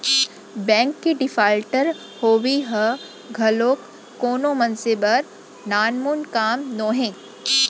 bank के defaulter होवई ह घलोक कोनो मनसे बर नानमुन काम नोहय